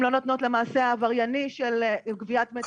הן לא נותנות למעשה העברייני של גביית דמי תיווך לא חוקיים.